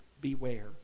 Beware